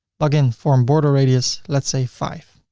login form border-radius, let's say five.